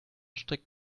strick